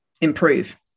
improve